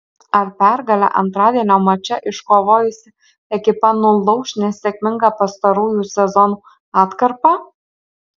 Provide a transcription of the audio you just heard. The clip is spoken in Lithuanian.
ar pergalę antradienio mače iškovojusi ekipa nulauš nesėkmingą pastarųjų sezonų atkarpą